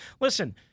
Listen